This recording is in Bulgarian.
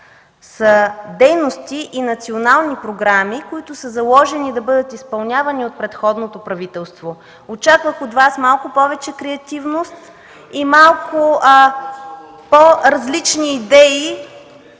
са дейности и национални програми, които са заложени да бъдат изпълнявани от предходното правителство. Очаквах от Вас малко повече креативност и малко по-различни идеи,